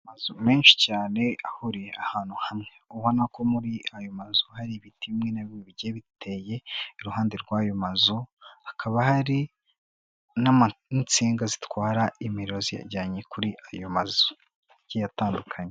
Amazu menshi cyane ahuriye ahantu hamwe, ubona ko muri ayo mazu hari ibiti bimwe na bimwe bigiye biteye iruhande rw'ayo mazu, hakaba hari n'insinga zitwara imiriro ziyajyanye kuri ayo mazuki atandukanye.